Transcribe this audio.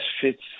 fits